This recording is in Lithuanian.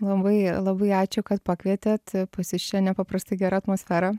labai labai ačiū kad pakvietėt pas jus čia nepaprastai gera atmosfera